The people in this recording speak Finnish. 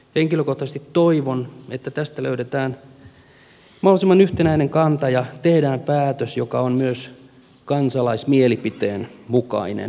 henkilökohtaisesti toivon että tästä löydetään mahdollisimman yhtenäinen kanta ja tehdään päätös joka on myös kansalaismielipiteen mukainen